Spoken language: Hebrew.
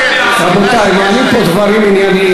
רבותי, נאמרים פה דברים ענייניים.